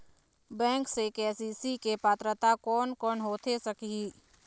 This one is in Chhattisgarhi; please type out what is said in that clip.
बैंक से के.सी.सी के पात्रता कोन कौन होथे सकही?